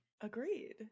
Agreed